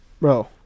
Bro